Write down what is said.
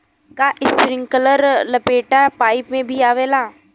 का इस्प्रिंकलर लपेटा पाइप में भी आवेला?